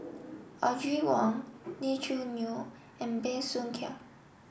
Audrey Wong Lee Choo Neo and Bey Soo Khiang